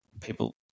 people